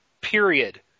period